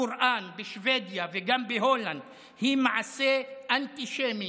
קוראן בשבדיה וגם בהולנד היא מעשה אנטישמי,